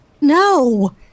No